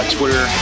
Twitter